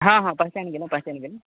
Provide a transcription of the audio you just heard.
हाँ हाँ पहचानि गेलहुँ पहचानि गेलहुँ